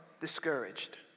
discouraged